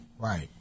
Right